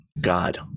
God